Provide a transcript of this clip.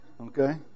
Okay